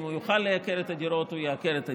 אם הוא יוכל לייקר את הדירות הוא ייקר את הדירות,